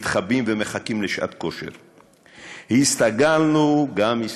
מתחבאים ומחכים לשעת כושר, הסתגלנו גם הסתגלנו.